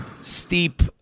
steep